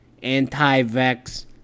anti-vex